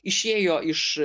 išėjo iš